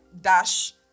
dash